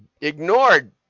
ignored